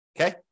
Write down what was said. Okay